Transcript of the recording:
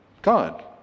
God